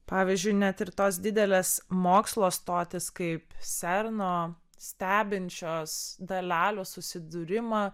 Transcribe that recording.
pavyzdžiui net ir tos didelės mokslo stotys kaip serno stebinčios dalelių susidūrimą